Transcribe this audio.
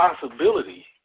possibility